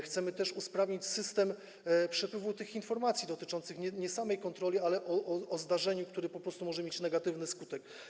Chcemy też usprawnić system przepływu informacji dotyczących nie samej kontroli, ale o zdarzeniu, które po prostu może mieć negatywny skutek.